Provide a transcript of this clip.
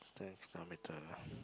thanks